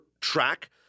track